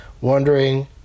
Wondering